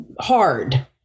hard